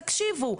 תקשיבו,